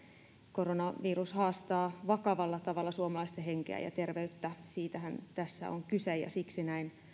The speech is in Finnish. koronavirus haastaa vakavalla tavalla suomalaisten henkeä ja terveyttä siitähän tässä on kyse ja siksi näin